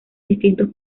distintos